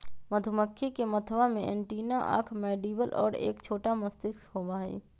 मधुमक्खी के मथवा में एंटीना आंख मैंडीबल और एक छोटा मस्तिष्क होबा हई